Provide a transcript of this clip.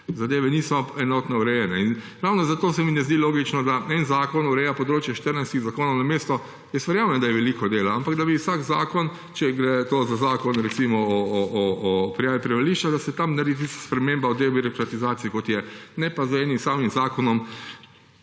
zadeve niso enotno urejene. Ravno zato se mi ne zdi logično, da en zakon ureja področje 14 zakonov. Jaz verjamem, da je veliko dela, ampak da bi vsak zakon, če gre to za zakon, recimo o prijavi prebivališča, da se tam naredi tista sprememba o debirokratizaciji. Ne pa z enim samim zakonom